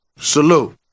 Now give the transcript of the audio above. salute